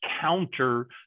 counter